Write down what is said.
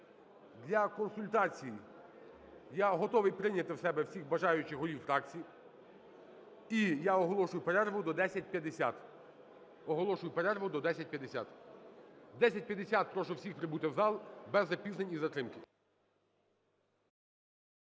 Для консультацій я готовий прийняти в себе всіх бажаючих голів фракцій. І я оголошую перерву до 10:50. О 10:50 прошу всіх прибути в зал без запізнень і затримки.